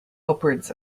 upwards